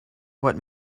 what